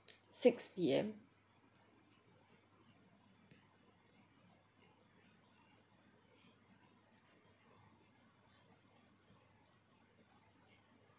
six P_M